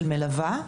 מלווה,